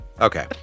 Okay